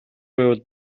байвал